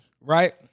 right